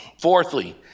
fourthly